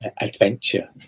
adventure